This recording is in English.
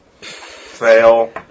fail